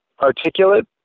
articulate